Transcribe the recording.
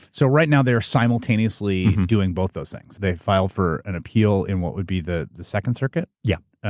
so right now they are simultaneously doing both those things. they filed for an appeal in what would be the the second circuit? yeah.